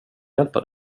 hjälpa